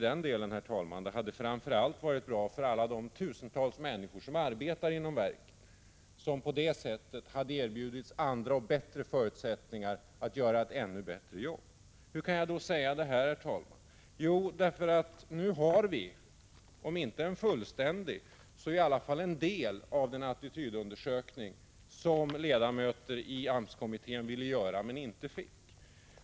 Det hade framför allt varit bra för alla de tusentals människor som arbetar inom verket och som på det sättet hade erbjudits andra och bättre förutsättningar att göra ett ännu bättre jobb. Hur kan jag påstå detta, herr talman? Jo, nu har vi fått om inte en fullständig så i alla fall en del av en sådan attitydundersökning som ledamöter av AMS-kommittén ville göra men inte fick göra.